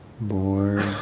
bored